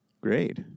Great